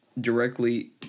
directly